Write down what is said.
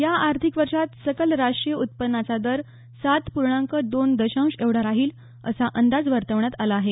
या आर्थिक वर्षात सकल राष्ट्रीय उत्पन्नाचा दर सात पूर्णांक दोन दशांश एवढा राहील असा अंदाज वर्तवण्यात आला आहे